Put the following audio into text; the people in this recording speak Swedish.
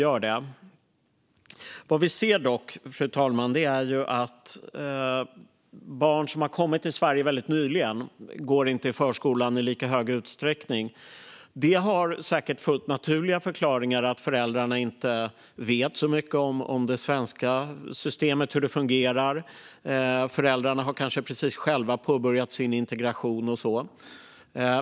Vad vi dock ser, fru talman, är att barn som kommit till Sverige väldigt nyligen inte går i förskolan i lika stor utsträckning. Detta har säkert fullt naturliga förklaringar. Föräldrarna vet inte så mycket om hur det svenska systemet fungerar; de kanske själva precis har påbörjat sin integration.